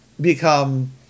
Become